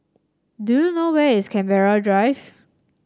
do you know where is Canberra Drive